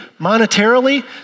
Monetarily